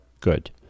Good